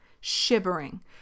Shivering